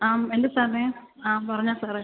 ആ എന്താണ് സാറേ ആ പറഞ്ഞോ സാറേ